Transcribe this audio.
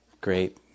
great